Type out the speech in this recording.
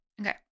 Okay